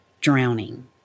drowning